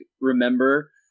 remember